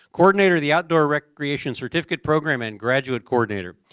coordinator of the outdoor recreations certificate program and graduate coordinator.